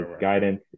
guidance